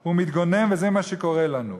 הוא מתגונן, וזה מה שקורה לנו.